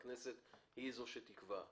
הכנסת היא זאת שתקבע.